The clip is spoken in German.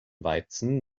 weizen